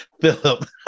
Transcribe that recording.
philip